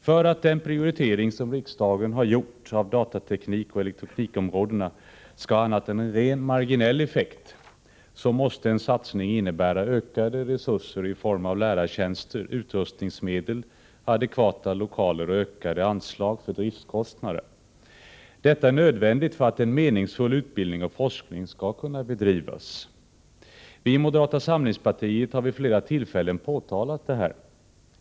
För att den prioritering av områdena datateknik och elektronik som riksdagen har gjort skall få annat än en ren marginell effekt måste en satsning innebära ökade resurser i form av lärartjänster, utrustningsmedel, adekvata lokaler och större anslag för driftskostnader. Det är nödvändigt för att en meningsfull utbildning och forskning skall kunna bedrivas. Vi i moderata samlingspartiet har vid flera tillfällen påtalat detta.